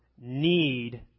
need